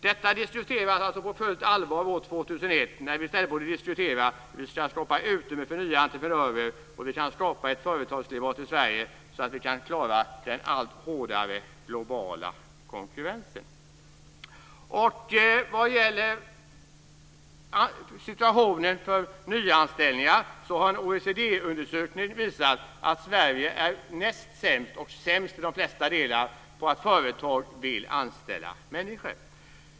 - Detta diskuteras på fullt allvar 2001 när vi i stället borde diskutera hur vi ska skapa utrymme för nya entreprenörer och hur vi kan skapa ett företagarklimat i Sverige så att vi kan klara den allt hårdare globala konkurrensen." Vad gäller situationen för nyanställningar har en OECD-undersökning visat att Sverige är näst sämst och sämst i de flesta delar som har att göra med att företag vill anställa människor.